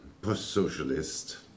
Post-socialist